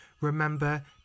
Remember